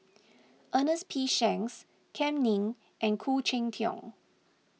Ernest P Shanks Kam Ning and Khoo Cheng Tiong